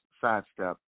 sidestep